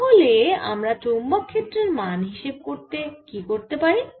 তাহলে আমরা চৌম্বক ক্ষেত্রের মান হিসেব করতে কি করতে পারি